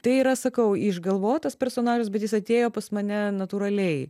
tai yra sakau išgalvotas personažas bet jis atėjo pas mane natūraliai